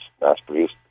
mass-produced